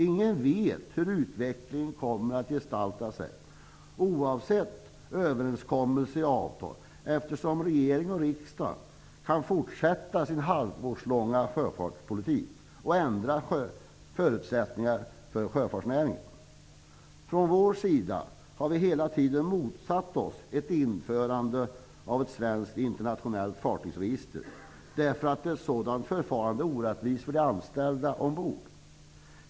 Ingen vet hur utvecklingen kommer att gestalta sig, oavsett överenskommelser i avtal, eftersom regering och riksdag kan fortsätta sin halvårslånga sjöfartspolitik och ändra förutsättningarna för sjöfartsnäringen. Från vår sida har vi hela tiden motsatt oss ett införande av ett svenskt internationellt fartygsregister, därför att ett sådant förfarande är orättvist för de anställda ombord.